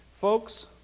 Folks